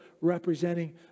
representing